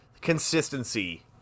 consistency